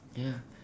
ya